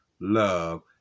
love